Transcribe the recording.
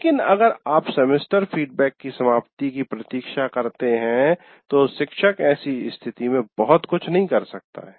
लेकिन अगर आप सेमेस्टर फीडबैक की समाप्ति की प्रतीक्षा करते हैं तो शिक्षक ऐसे स्थिती में बहुत कुछ नहीं कर सकता है